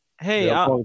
hey